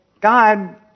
God